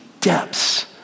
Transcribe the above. depths